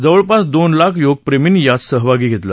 जवळपास दोन लाख योगप्रेमींनी यात सहभाग घेतला